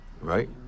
Right